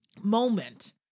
moment